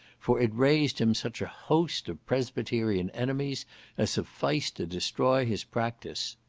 for it raised him such a host of presbyterian enemies as sufficed to destroy his practice.